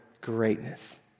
greatness